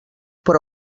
però